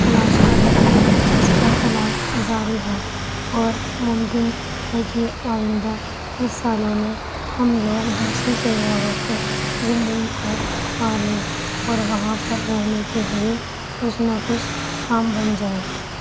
تلاش کریں تو اس پر تلاش جاری ہے اور ممکن ہے کہ آئندہ کچھ سالوں میں ہم لوگ دوسرے سیاروں پر زندگی کو پا لیں اور وہاں پر رہنے کے لیے کچھ نہ کچھ کام بن جائے